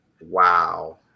Wow